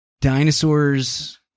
dinosaurs